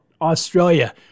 Australia